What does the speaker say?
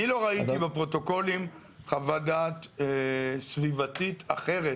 כי אני לא ראיתי בפרוטוקולים חוות דעת סביבתית אחרת